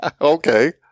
Okay